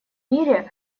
мире